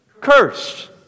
curse